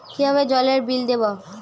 কিভাবে জলের বিল দেবো?